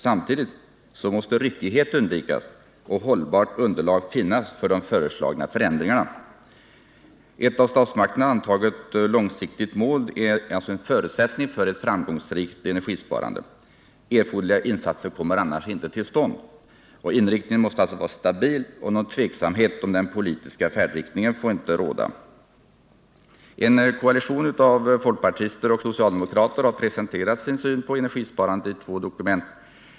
Samtidigt måste ryckighet undvikas och hållbart underlag finnas för föreslagna förändringar. Ett av statsmakterna antaget långsiktigt mål är alltså en förutsättning för ett framgångsrikt energisparande. Erforderliga insatser kommer annars inte till stånd. Inriktningen måste vara stabil, och någon tveksamhet om den politiska färdriktningen får inte råda. En koalition av folkpartister och socialdemokrater har presenterat sin syn på energisparandet i två dokument.